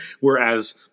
Whereas